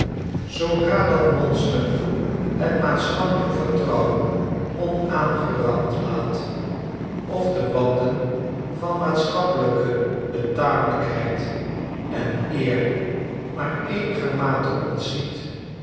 zoodra dat monster het maatschappelijk vertrouwen onaangerand laat of de banden van maatschappelijke betamelijkheid en eer maar eenigermate ontziet